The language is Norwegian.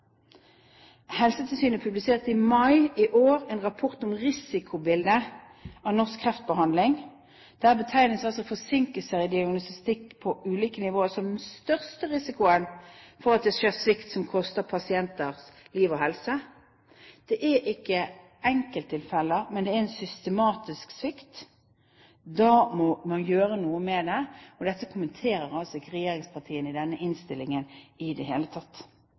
Helsetilsynet publiserte i mai i år en rapport om risikobildet av norsk kreftbehandling. Der betegnes forsinkelser i diagnostikk på ulike nivå som den største risikoen for at det skjer svikt som koster pasienter liv og helse. Det er ikke enkelttilfeller, men en systematisk svikt. Da må man gjøre noe med det. Men dette kommenterer altså ikke regjeringspartiene i denne innstillingen i det hele tatt.